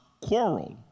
quarrel